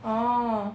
orh